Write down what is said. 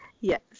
yes